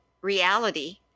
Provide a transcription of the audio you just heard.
reality